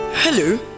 Hello